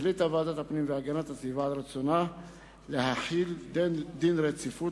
החליטה ועדת הפנים והגנת הסביבה כי ברצונה להחיל דין רציפות